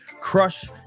crush